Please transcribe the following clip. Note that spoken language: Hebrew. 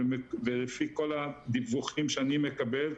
ולפי כל הדיווחים שאני מקבל,